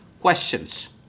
questions